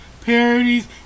parodies